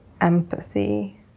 empathy